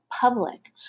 public